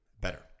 better